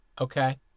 Okay